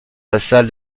vassal